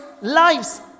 lives